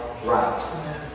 right